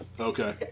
Okay